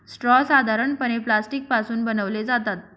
straw साधारणपणे plastic पासून बनवले जातात